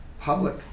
public